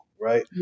Right